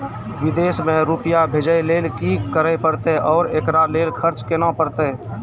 विदेश मे रुपिया भेजैय लेल कि करे परतै और एकरा लेल खर्च केना परतै?